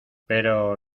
pero